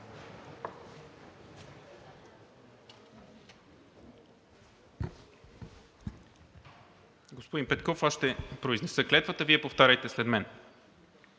Петков, аз ще произнеса клетвата, Вие повтаряйте след мен.